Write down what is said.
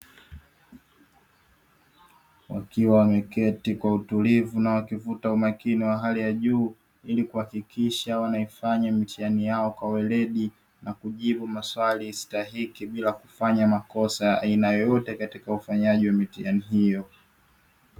Wakiwa wameketi kwa utulivu na wakivuta umakini wa hali ya juu ili kuhakikisha wanaifanya mitihani yao kwa weledi, na kujibu maswali stahiki bila kufanya makosa ya aina yoyote katika ufanyaji wa mitihani hiyo.